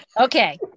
Okay